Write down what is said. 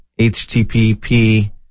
HTTP